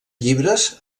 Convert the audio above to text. llibres